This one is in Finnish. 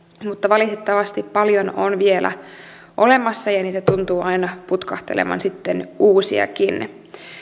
mutta valitettavasti paljon on vielä olemassa ja niitä tuntuu aina putkahtelevan sitten uusiakin